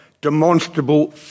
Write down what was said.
demonstrable